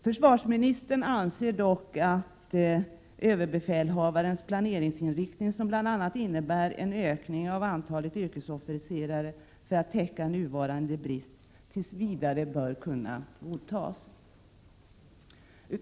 Försvarsministern anser dock att överbefälhavarens planeringsinriktning, innebärande bl.a. en ökning av antalet yrkesofficerare för att täcka nuvarande brist, tills vidare bör kunna godtas.